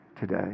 today